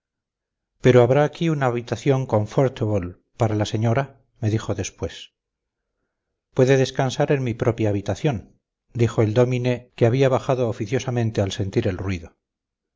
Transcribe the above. pero habrá aquí una habitación confortablepara la señora me dijo después puede descansar en mi propia habitación dijo el dómine que había bajado oficiosamente al sentir el ruido